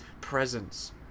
presence